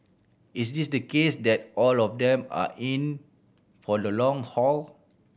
is it the case that all of them are in for the long haul